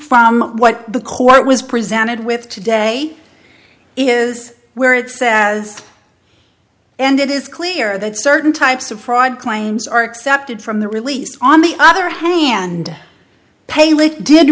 from what the court was presented with today is where it says as and it is clear that certain types of fraud claims are excepted from the release on the other hand pay lip did